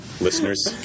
Listeners